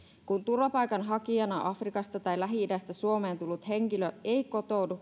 kun turvapaikanhakijana afrikasta tai lähi idästä suomeen tullut henkilö ei kotoudu